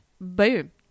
Boom